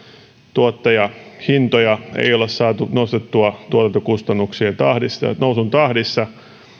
tuottajahintoja ei ole saatu nostettua tuotantokustannuksien nousun tahdissa